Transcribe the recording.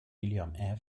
william